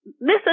listen